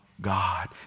God